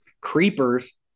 Creepers